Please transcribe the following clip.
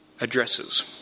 addresses